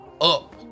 up